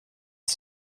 ist